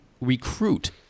recruit